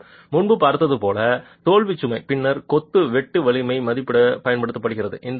நாம் முன்பு பார்த்தது போல தோல்வி சுமை பின்னர் கொத்து வெட்டு வலிமையை மதிப்பிட பயன்படுத்தப்படுகிறது